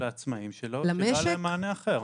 לעצמאים שלא היה להם מענה אחר.